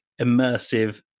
immersive